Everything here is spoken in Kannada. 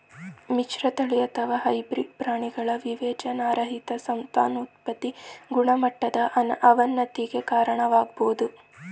ಮಿಶ್ರತಳಿ ಅಥವಾ ಹೈಬ್ರಿಡ್ ಪ್ರಾಣಿಗಳ ವಿವೇಚನಾರಹಿತ ಸಂತಾನೋತ್ಪತಿ ಗುಣಮಟ್ಟದ ಅವನತಿಗೆ ಕಾರಣವಾಗ್ಬೋದು